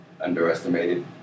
underestimated